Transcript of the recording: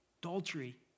adultery